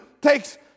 takes